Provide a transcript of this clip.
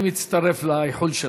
שלא יגידו שאני, אני מצטרף לאיחול שלך.